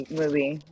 movie